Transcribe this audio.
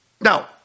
Now